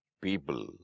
people